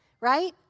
right